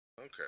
Okay